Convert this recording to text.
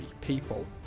people